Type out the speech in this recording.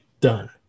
done